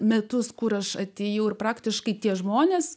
metus kur aš atėjau ir praktiškai tie žmonės